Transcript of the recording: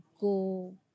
go